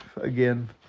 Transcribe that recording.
again